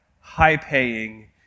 high-paying